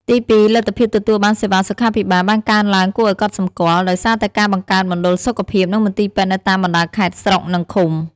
ទីពីរលទ្ធភាពទទួលបានសេវាសុខាភិបាលបានកើនឡើងគួរឱ្យកត់សម្គាល់ ដោយសារតែការបង្កើតមណ្ឌលសុខភាព និងមន្ទីរពេទ្យនៅតាមបណ្តាខេត្ត ស្រុក និងឃុំ។